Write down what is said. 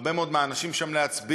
הרבה מאוד מהאנשים שם להצביע,